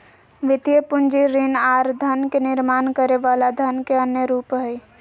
वित्तीय पूंजी ऋण आर धन के निर्माण करे वला धन के अन्य रूप हय